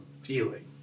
feeling